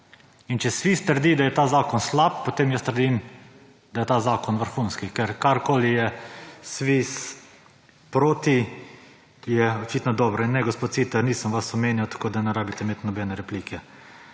Če SVIS trdi, da je ta zakon slab, potem jaz trdim, da je ta zakon vrhunski, ker karkoli je SVIS proti je očitno dobro. Ne, gospod Siter, nisem vas omenjal tako, da ne rabite imeti nobene replike.